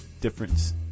difference